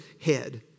head